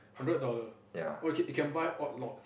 hundred dollar oh it it can buy odd lots